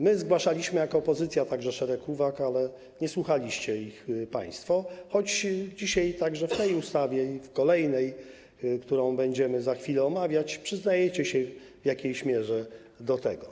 My zgłaszaliśmy jako opozycja także szereg uwag, ale nie słuchaliście ich państwo, choć dzisiaj także w tej ustawie i w kolejnej, którą będziemy za chwilę omawiać, przyznajecie się w jakiejś mierze do tego.